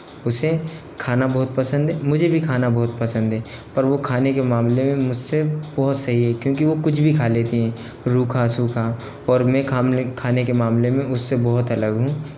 उसे खाना बहुत पसंद है मुझे भी खाना बहुत पसंद है पर वो खाने के मामले में मुझ से बहुत सही है क्योंकि वो कुछ भी खा लेती हैं रूखा सूखा और मैं खाने में खाने के मामले में उस से बहुत अलग हूँ